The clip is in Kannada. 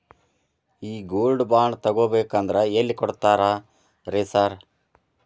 ಈ ಗೋಲ್ಡ್ ಬಾಂಡ್ ತಗಾಬೇಕಂದ್ರ ಎಲ್ಲಿ ಕೊಡ್ತಾರ ರೇ ಸಾರ್?